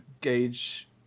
gauge